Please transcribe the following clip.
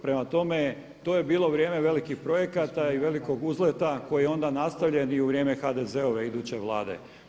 Prema tome, to je bilo vrijeme velikih projekata i velikog uzleta koji je onda nastavljen i u vrijeme HDZ-ove iduće Vlade.